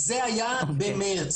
זה היה במרץ.